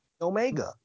Omega